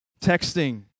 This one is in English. Texting